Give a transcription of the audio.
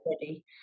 ready